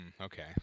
Okay